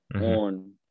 on –